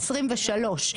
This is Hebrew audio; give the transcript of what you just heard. הכנסת ה-23.